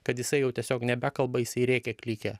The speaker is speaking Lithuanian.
kad jisai jau tiesiog nebekalba jisai rėkia klykia